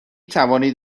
توانید